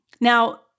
Now